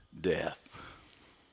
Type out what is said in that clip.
death